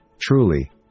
Truly